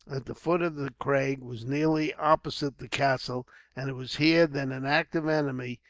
at the foot of the crag, was nearly opposite the castle and it was here that an active enemy,